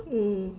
mm